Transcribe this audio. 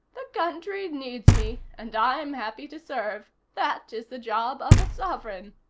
the country needs me, and i'm happy to serve. that is the job of a sovereign.